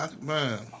man